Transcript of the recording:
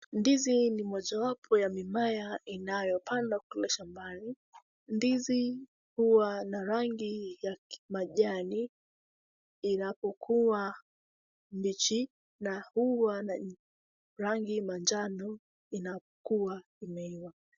Ndizi ni mojawapo ya mimea inayopandwa kule shambani. Ndizi huwa na rangi ya kimajani inapokuwa mbichi na huwa na rangi ya manjano inapokuwa imeiva.